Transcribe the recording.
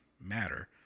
matter